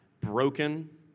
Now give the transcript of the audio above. broken